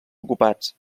ocupats